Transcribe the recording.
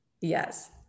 Yes